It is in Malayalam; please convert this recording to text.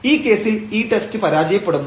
ഈ കേസിൽ ഈ ടെസ്റ്റ് പരാജയപ്പെടുന്നു